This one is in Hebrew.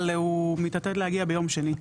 אבל הוא מתעתד להגיע ביום שני,